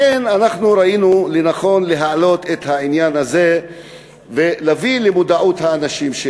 לכן ראינו לנכון להעלות את העניין הזה ולהביא למודעות האנשים.